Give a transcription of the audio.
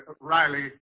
Riley